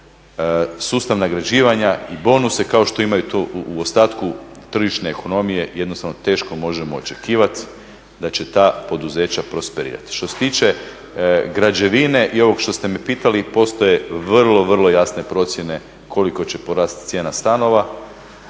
sustav nagrađivanja i bonuse kao što imaju to u ostatku tržišne ekonomije jednostavno teško možemo očekivati da će ta poduzeća prosperirati. Što se tiče građevine i ovog što ste me pitali postoje vrlo, vrlo jasne procjene koliko će porasti cijena stanova.